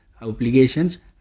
obligations